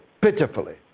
pitifully